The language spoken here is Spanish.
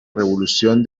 revolución